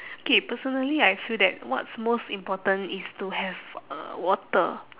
okay personally I feel that what's most important is to have uh water